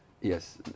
yes